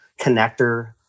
connector